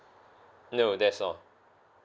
no that's all